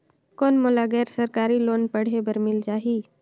कौन मोला गैर सरकारी लोन पढ़े बर मिल जाहि?